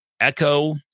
Echo